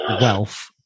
wealth